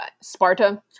Sparta